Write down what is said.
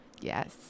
Yes